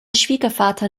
schwiegervater